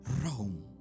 Rome